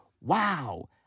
wow